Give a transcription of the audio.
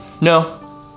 No